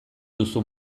duzu